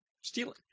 Stealing